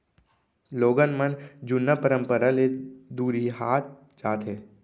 लोगन मन जुन्ना परंपरा ले दुरिहात जात हें